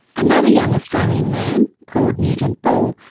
another young australian man, called nugent bull,